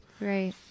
Right